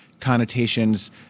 connotations